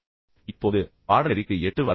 இப்போது பாடநெறிக்கு 8 வாரங்கள் இருக்கும்